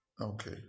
Okay